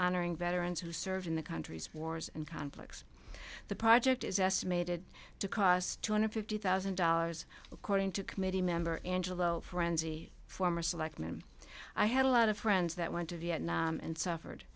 honoring veterans who served in the country's wars and conflicts the project is estimated to cost two hundred fifty thousand dollars according to committee member angelo frenzy former selectman i had a lot of friends that went to vietnam and suffered